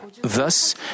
Thus